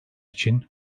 için